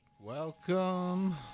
Welcome